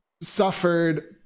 suffered